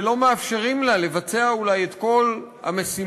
שלא מאפשרים לה לבצע אולי את כל המשימות